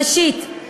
ראשית,